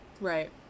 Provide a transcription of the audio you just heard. Right